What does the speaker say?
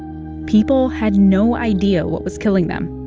people had no idea what was killing them,